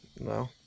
No